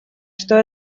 что